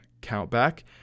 countback